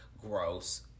gross